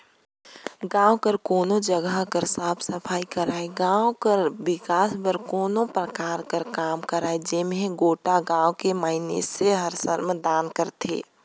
गाँव कर कोनो जगहा कर साफ सफई करई, गाँव कर बिकास बर कोनो परकार कर काम करई जेम्हां गोटा गाँव कर मइनसे हर श्रमदान करथे